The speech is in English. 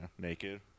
Naked